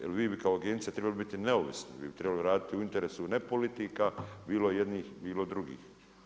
Jer vi bi kao Agencija trebali biti neovisni, vi bi trebali radi u interesu ne politika, bilo jednih bilo drugih.